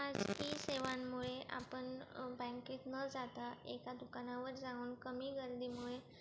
E सेवांमुळे आपण बँकेत न जाता एका दुकानावर जाऊन